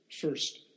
First